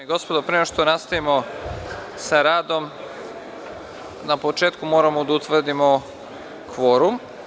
i gospodo, pre nego što nastavimo sa radom, na početku moramo da utvrdimo kvorum.